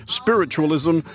spiritualism